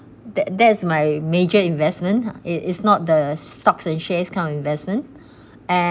that that is my major investment it is not the stocks and shares kind of investment and